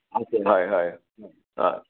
হয় হয় অঁ